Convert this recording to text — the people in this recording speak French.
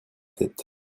tête